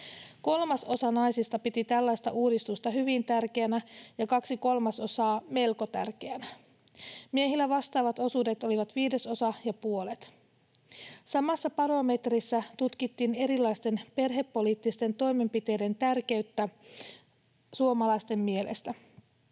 Kolmasosa naisista piti tällaista uudistusta hyvin tärkeänä ja kaksi kolmasosaa melko tärkeänä. Miehillä vastaavat osuudet olivat viidesosa ja puolet. Samassa barometrissä tutkittiin erilaisten perhepoliittisten toimenpiteiden tärkeyttä suomalaisten mielestä.